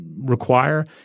require